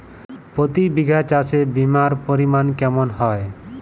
প্রতি বিঘা চাষে বিমার পরিমান কেমন হয়?